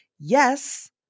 yes